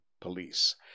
Police